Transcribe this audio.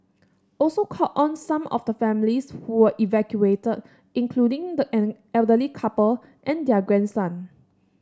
also called on some of the families who were evacuated including an elderly couple and their grandson